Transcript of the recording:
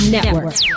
Network